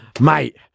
mate